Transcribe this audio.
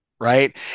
right